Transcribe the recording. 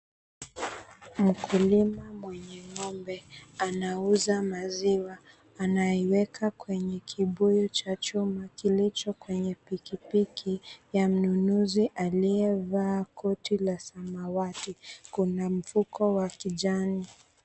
Mkulima mwenye ng'ombe anauza maziwa. Anaiweka kwenye kibuyu cha chuma kilicho kwenye pikipiki ya mnunuzi aliyevaa koti la samawati. Kuna mfuko wa kijani.